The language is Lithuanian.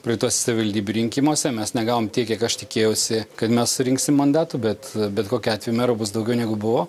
praeituose savivaldybių rinkimuose mes negavom tiek kiek aš tikėjausi kad mes surinksim mandatų bet bet kokiu atveju merų bus daugiau negu buvo